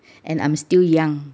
and I'm still young